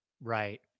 Right